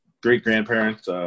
great-grandparents